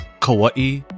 Kauai